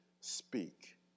speak